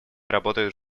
работают